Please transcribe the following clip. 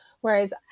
whereas